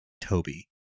Toby